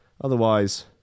Otherwise